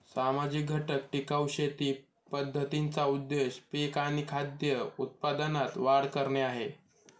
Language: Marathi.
सामाजिक घटक टिकाऊ शेती पद्धतींचा उद्देश पिक आणि खाद्य उत्पादनात वाढ करणे आहे